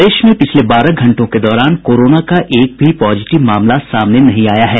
प्रदेश में पिछले बारह घंटों के दौरान कोरोना का एक भी पॉजिटिव मामला सामने नहीं आया है